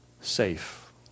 safe